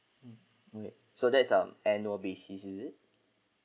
okay so that's a annual basis is it